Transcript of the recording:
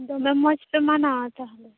ᱫᱚᱢᱮ ᱢᱚᱸᱡ ᱯᱮ ᱢᱟᱱᱟᱣᱟ ᱛᱟᱦᱚᱞᱮ